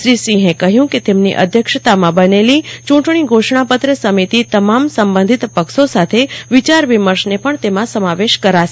શ્રી સિંહે કહ્યું કે તેમની અધ્યક્ષતામાં બનેલી ચુંટણી ધોષણાપત્ર સમિતિ તમામ સંબંધિત પક્ષો સાથે વિચાર વિમર્શને પણ તેમાં સમાવેશ કરશે